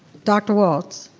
dr. walts,